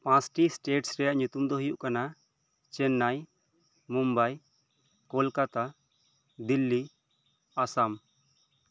ᱯᱟᱸᱪᱴᱤ ᱥᱴᱮᱴᱥ ᱨᱮᱭᱟᱜ ᱧᱩᱛᱩᱢ ᱫᱚ ᱦᱳᱭᱳᱜ ᱠᱟᱱᱟ ᱪᱮᱱᱱᱟᱭ ᱢᱩᱢᱵᱟᱭ ᱠᱳᱞᱠᱟᱛᱟ ᱫᱤᱞᱞᱤ ᱟᱥᱟᱢ